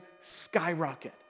skyrocket